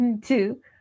Two